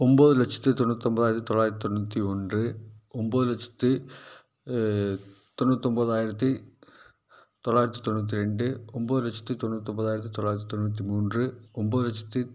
ஒம்பது லட்சத்தி தொண்ணூற்றொம்பதாயிரத்தி தொள்ளாயிரத்தி தொண்ணூற்றி ஒன்று ஒம்பது லட்சத்தி தொண்ணூற்றொம்பதாயிரத்தி தொள்ளாயிரத்தி தொண்ணூற்றி ரெண்டு ஒம்பது லட்சத்தி தொண்ணூற்றொம்பதாயிரத்தி தொள்ளாயிரத்தி தொண்ணூற்றி மூன்று ஒம்பது லட்சத்தி